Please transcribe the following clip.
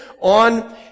on